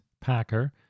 packer